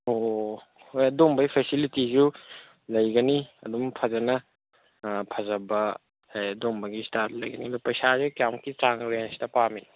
ꯑꯣ ꯑꯣ ꯍꯣꯏ ꯑꯗꯨꯒꯨꯝꯕꯒꯤ ꯐꯦꯁꯤꯂꯤꯇꯤꯁꯨ ꯂꯩꯒꯅꯤ ꯑꯗꯨꯝ ꯐꯖꯅ ꯐꯖꯕ ꯑꯗꯨꯒꯨꯝꯕꯒꯤ ꯁ꯭ꯇꯥꯏꯜ ꯂꯩꯒꯅꯤ ꯑꯗꯨ ꯄꯩꯁꯥꯁꯦ ꯀꯌꯥꯃꯨꯛꯀꯤ ꯆꯥꯡ ꯔꯦꯟꯖꯇ ꯄꯥꯝꯃꯤ